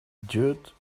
dude